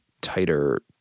tighter